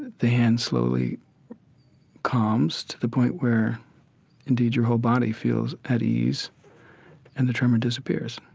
the hand slowly calms to the point where indeed your whole body feels at ease and the tremor disappears,